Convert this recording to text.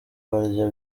barya